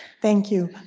thank you.